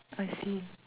I see